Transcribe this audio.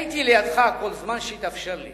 הייתי לידך כל זמן שהתאפשר לי